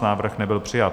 Návrh nebyl přijat.